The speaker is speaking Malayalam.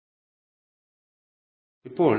0